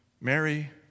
Mary